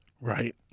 Right